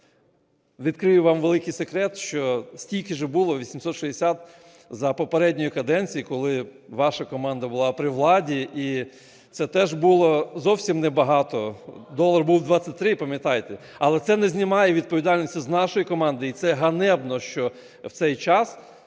відкрию вам великий секрет, що стільки ж було, 860, за попередньої каденції, коли ваша команда була при владі, і це теж було зовсім небагато, долар був 23, пам'ятаєте. Але це не знімає відповідальності з нашої команди і це ганебно, що в цей час